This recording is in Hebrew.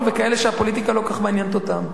וכאלה שהפוליטיקה לא כל כך מעניינת אותם,